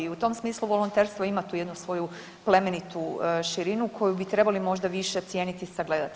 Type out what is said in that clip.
I u tom smislu volonterstvo ima tu jednu svoju plemenitu širinu koju bi trebali možda više cijeniti i sagledati.